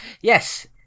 Yes